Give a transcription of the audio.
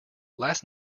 last